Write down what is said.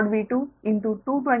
V 2